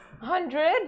Hundred